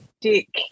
Dick